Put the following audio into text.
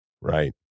Right